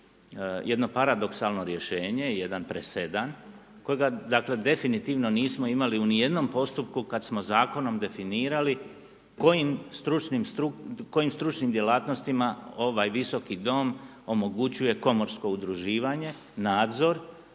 jedno paradoksalno rješenje i jedan presedan kojega dakle definitivno nismo imali u ni jednom postupku kada smo zakonom definirali kojim stručnim djelatnostima ovaj Visoki dom omogućuje komorsko udruživanje nadzor,